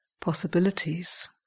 possibilities